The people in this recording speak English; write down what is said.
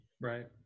right